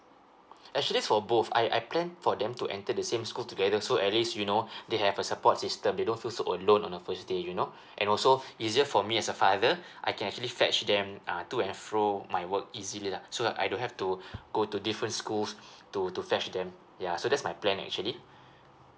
actually for both I I plan for them to enter the same school together so at least you know they have a support system they don't feel so alone on the first day you know and also easier for me as a father I can actually fetch them uh to and fro my work easily lah so I don't have to go to different schools to to fetch them ya so that's my plan actually